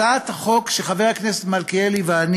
הצעת החוק שחבר הכנסת מלכיאלי ואני